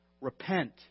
repent